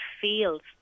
feels